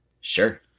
Sure